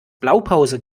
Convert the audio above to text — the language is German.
blaupause